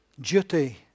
duty